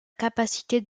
capacité